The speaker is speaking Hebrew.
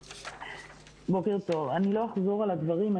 אני לא אחזור על הדברים.